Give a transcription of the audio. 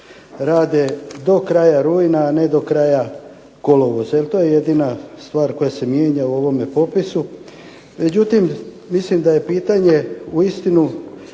rade do kraja rujna, a ne do kraja kolovoza jer to je jedina stvar koja se mijenja u ovome popisu?